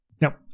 Now